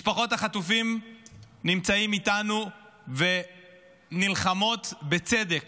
משפחות החטופים נמצאות איתנו ונלחמות בצדק